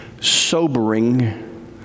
sobering